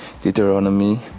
deuteronomy